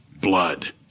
blood